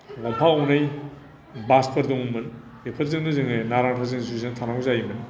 गंफा गंनै बासफोर दङमोन बेफोरजोंनो जोङो नारा नाथा जुजिना थांनांगौ जायोमोन